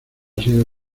sido